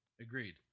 Agreed